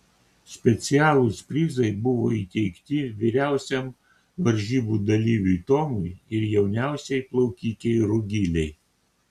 specialūs prizai buvo įteikti vyriausiam varžybų dalyviui tomui ir jauniausiai plaukikei rugilei